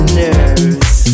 nerves